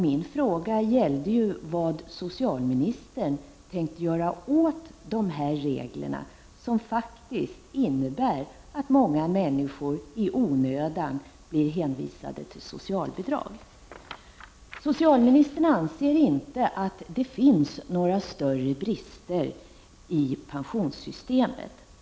Min fråga gällde vad socialministern tänker göra åt de regler som faktiskt innebär att många människor i onödan blir hänvisade till socialbidrag. Socialministern anser inte att det finns några större brister i pensionssystemet.